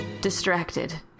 distracted